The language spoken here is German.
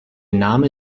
name